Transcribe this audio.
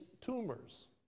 tumors